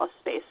space